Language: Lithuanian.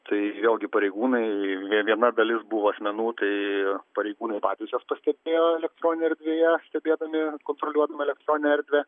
tai vėlgi pareigūnai viena dalis buvo asmenų tai pareigūnai patys juos pastebėjo elektroninėje erdvėje stebėdami kontroliuodami elektroninę erdvę